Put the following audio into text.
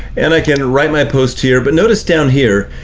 and i can write my post here, but notice down here,